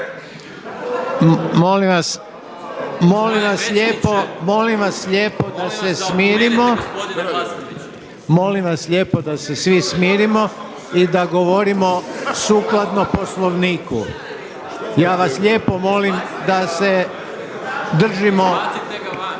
molim vas lijepo da se svi smirimo i da govorimo sukladno Poslovniku. Ja vas lijepo molim da se držimo.